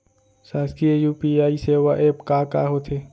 शासकीय यू.पी.आई सेवा एप का का होथे?